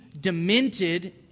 demented